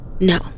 No